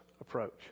approach